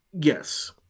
Yes